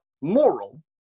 moral